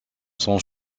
son